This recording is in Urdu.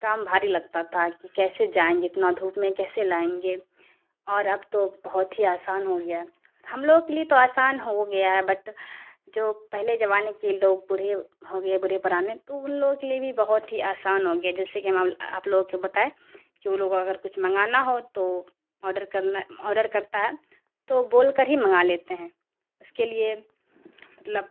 کام بھاری لگتا تھا کہ کیسے جائیں گے اتنا دھوپ میں کیسے لائیں گے اور اب تو بہت ہی آسان ہو گیا ہے ہم لوگوں کے لیے تو آسان ہو گیا ہے بٹ جو پہلے زمانے کے لوگ بوڑھے ہو گئے بوڑھے پرانے تو ان لوگوں کے لیے بھی بہت ہی آسان ہو گیا جیسے کہ ہم آپ لوگوں کے بتائے کہ وہ لوگ اگر کچھ منگانا ہو تو آڈر کرنا آڈر کرتا ہے تو بول کر ہی منگا لیتے ہیں اس کے لیے مطلب